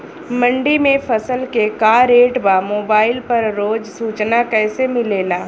मंडी में फसल के का रेट बा मोबाइल पर रोज सूचना कैसे मिलेला?